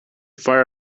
fire